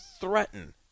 threaten